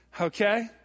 Okay